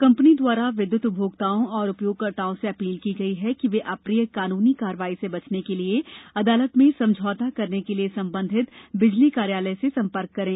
company द्वारा विद्य्त उपभोक्ताओं एवं उपयोगकर्ताओं से अपील की गई है कि वे अप्रिय कानूनी कार्यवाही से बचने के लिए अदालत में समझौता करने के लिए संबंधित बिजली कार्यालय से संपर्क करें